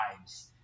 lives